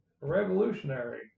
revolutionary